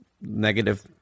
negative